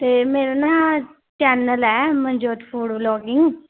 ਅਤੇ ਮੇਰਾ ਨਾ ਚੈਨਲ ਹੈ ਮਨਜੋਤ ਫੂਡ ਵਲੋੋਗਿੰਗ